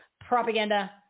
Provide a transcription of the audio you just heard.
propaganda